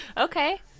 okay